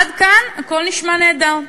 עד כאן הכול נשמע נהדר.